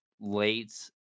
late